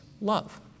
love